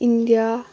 India